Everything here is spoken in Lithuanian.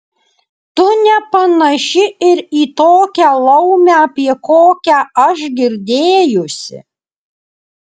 tu nepanaši ir į tokią laumę apie kokią aš girdėjusi